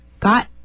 got